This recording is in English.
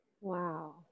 Wow